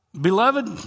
Beloved